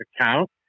account